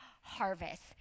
harvest